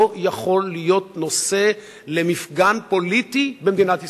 לא יכולים להיות נושא למפגן פוליטי במדינת ישראל,